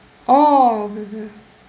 oh